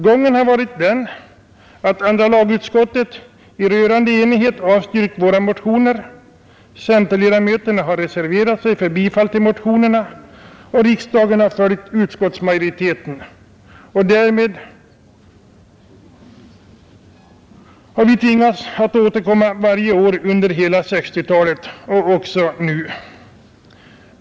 Gången har varit den att andra lagutskottet i rörande enighet har avstyrkt våra motioner, centerledamöterna har reserverat sig för bifall till motionerna och riksdagen har följt utskottsmajoriteten. Därmed har vi tvingats att återkomma varje år under hela 1960-talet och även nu.